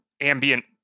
ambient